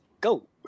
go